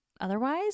otherwise